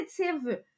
positive